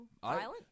violent